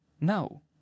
no